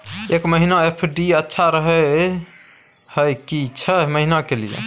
एक महीना एफ.डी अच्छा रहय हय की छः महीना के लिए?